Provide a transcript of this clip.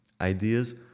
ideas